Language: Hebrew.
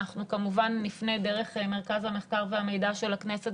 אנחנו כמובן נפנה דרך מרכז המחקר והמידע של הכנסת